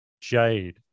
Jade